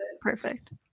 perfect